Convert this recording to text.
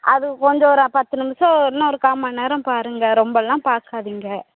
அது கொஞ்சம் ஒரு பத்து நிமிஷம் இன்னொரு கால் மணிநேரம் பாருங்கள் ரொம்பலாம் பார்க்காதிங்க